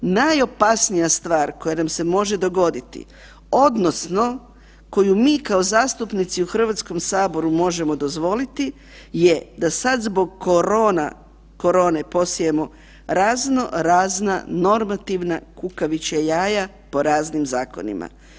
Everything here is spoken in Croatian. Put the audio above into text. Najopasnija stvar koja nam se može dogoditi, odnosno koju mi kao zastupnici u Hrvatskome saboru možemo dozvoliti je da sad zbog korone posijemo razno razna normativna kukavičja jaja po raznim zakonima.